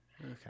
Okay